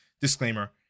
disclaimer